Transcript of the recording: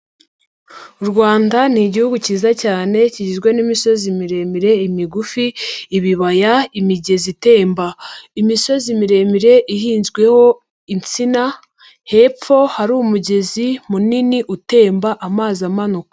U Rwanda ni igihugu cyiza cyane ,kigizwe n'imisozi miremire, imigufi ,ibibaya, imigezi itemba, imisozi miremire ihinzweho insina ,hepfo hari umugezi munini utemba amazi amanuka.